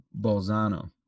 Bolzano